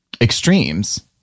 extremes